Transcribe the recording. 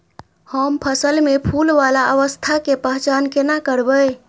हम फसल में फुल वाला अवस्था के पहचान केना करबै?